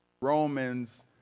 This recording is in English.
Romans